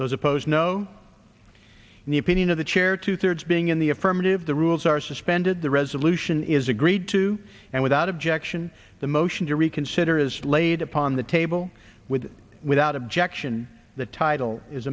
those opposed no new painting of the chair two thirds being in the affirmative the rules are suspended the resolution is agreed to and without objection the motion to reconsider is laid upon the table with without objection the title is